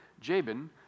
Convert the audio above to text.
Jabin